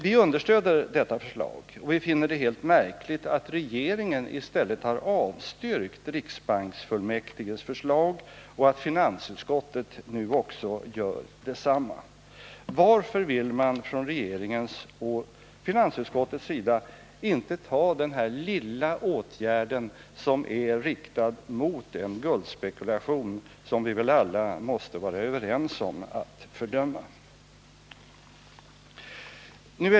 Vi stöder detta förslag och finner det märkligt att regeringen och finansutskottet har avstyrkt det. Varför vill man från regeringens och finansutskottets sida inte ta denna lilla åtgärd som är riktad mot en guldspekulation, som vi väl alla måste vara överens om att fördöma?